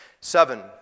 Seven